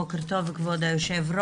בוקר טוב כבוד היו"ר.